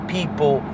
People